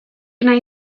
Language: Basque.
nahi